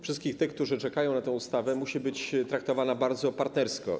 Wszystkich tych, którzy czekają na tę ustawę, należy traktować bardzo partnersko.